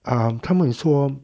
uh 他们说